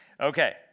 Okay